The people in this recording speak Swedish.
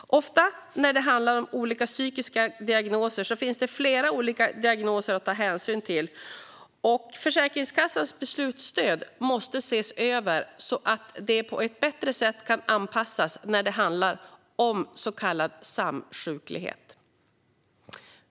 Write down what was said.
Ofta när det handlar om olika psykiatriska diagnoser finns det flera olika diagnoser att ta hänsyn till. Försäkringskassans beslutsstöd måste ses över så att det bättre kan anpassas när det handlar om så kallad samsjuklighet.